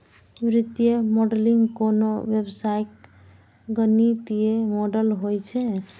वित्तीय मॉडलिंग कोनो व्यवसायक गणितीय मॉडल होइ छै